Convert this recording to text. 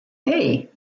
hey